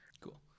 Cool